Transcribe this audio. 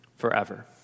forever